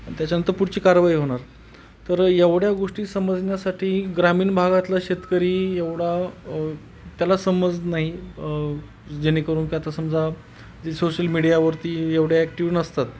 आणि त्याच्यानंतर पुढची कारवाई होणार तर एवढ्या गोष्टी समजण्यासाठी ग्रामीण भागातला शेतकरी एवढा त्याला समज नाही जेणेकरून की आता समजा जे सोशल मीडियावरती एवढ्या ॲक्टिव नसतात